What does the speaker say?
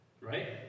Right